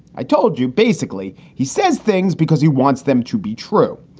i told you basically he says things because he wants them to be true.